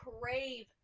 crave